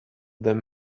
them